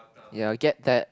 ya get that